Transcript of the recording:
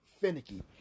finicky